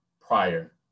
prior